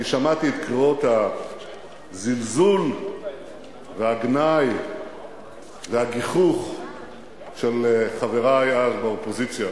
אני שמעתי את קריאות הזלזול והגנאי והגיחוך של חברי אז באופוזיציה,